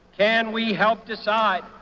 and we help decide